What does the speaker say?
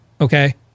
Okay